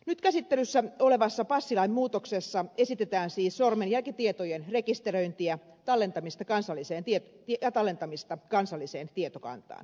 nyt käsittelyssä olevassa passilain muutoksessa esitetään siis sormenjälkitietojen rekisteröintiä ja tallentamista kansalliseen tietokantaan